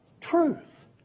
Truth